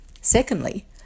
Secondly